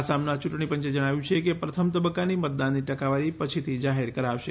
આસામના ચૂંટણી પંચે જણાવ્યું છે કે પ્રથમ તબક્કાની મતદાનની ટકાવારી પછીથી જાહેર કરાશે